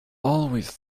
always